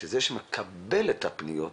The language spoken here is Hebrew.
שזה שמקבל את הפניות,